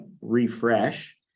Refresh